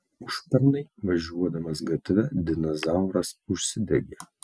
užpernai važiuodamas gatve dinas zauras užsidegė